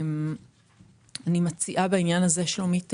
שלומית,